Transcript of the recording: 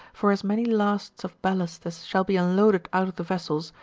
for as many lasts of ballast as shall be unloaded out of the vessels,